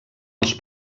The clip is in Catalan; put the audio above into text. els